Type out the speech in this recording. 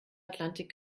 atlantik